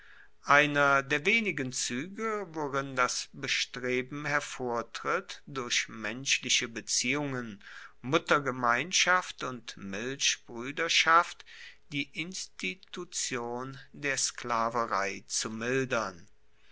einer der wenigen zuege worin das bestreben hervortritt durch menschliche beziehungen muttergemeinschaft und milchbruederschaft die institution der sklaverei zu mildern